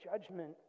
judgment